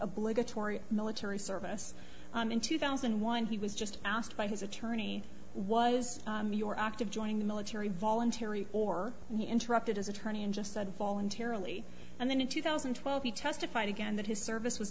obligatory military service and in two thousand and one he was just asked by his attorney was your act of joining the military voluntary or interrupted his attorney and just said voluntarily and then in two thousand and twelve he testified again that his service was